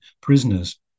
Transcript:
prisoners